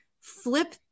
flip